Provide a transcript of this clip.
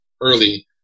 early